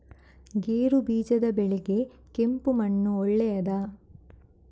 ಗೇರುಬೀಜದ ಬೆಳೆಗೆ ಕೆಂಪು ಮಣ್ಣು ಒಳ್ಳೆಯದಾ?